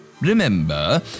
Remember